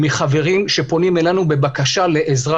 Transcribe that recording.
מחברים שפונים אלינו בבקשה לעזרה.